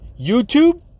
YouTube